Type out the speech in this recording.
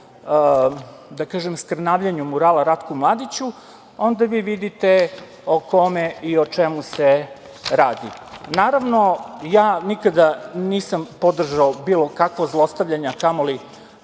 da kažem, skrnavljenju murala Ratku Mladiću, onda vi vidite o kome i o čemu se radi. Naravno, nikada nisam podržao bilo kakvo zlostavljanje, a kamo li